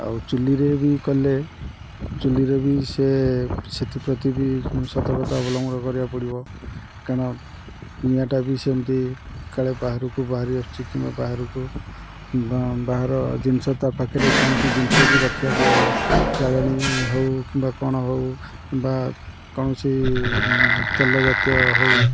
ଆଉ ଚୁଲିରେ ବି କଲେ ଚୁଲିରେ ବି ସେ ସେଥିପ୍ରତି ବି ସତର୍କତା ଅବଲମ୍ବନ କରିବାକୁ ପଡ଼ିବ କାରଣ ନିଆଁଟା ବି ସେମିତି କାଳେ ବାହାରକୁ ବାହାରି ଆସୁଛି କିମ୍ବା ବାହାରକୁ ବାହାର ଜିନିଷ ତା ପାାଖରେ କୌଣସି ଜିନିଷ ବି ରଖିବାକୁ ଜାଳେଣି ହେଉ କିମ୍ବା କ'ଣ ହେଉ କିମ୍ବା କୌଣସି ତେଲ ଜାତୀୟ ହେଉ